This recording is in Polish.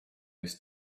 jest